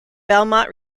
belmont